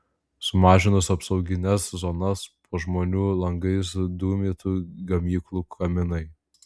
sumažinus apsaugines zonas po žmonių langais dūmytų gamyklų kaminai